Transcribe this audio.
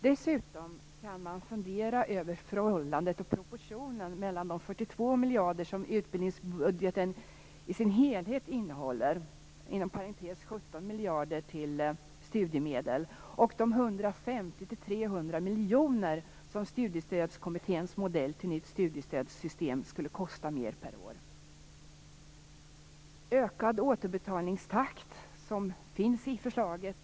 Dessutom kan man fundera över proportionen mellan de 42 miljarder som utbildningsbudgeten i sin helhet innehåller - 17 miljarder går till studiemedel - och de 150-300 miljoner som Studiestödskommitténs modell till nytt studiestödssystem skulle innebära i merkostnad per år. Ökad återbetalningstakt finns i förslaget.